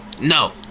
No